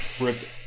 ripped